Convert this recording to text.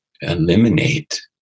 eliminate